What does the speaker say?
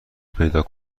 پیدا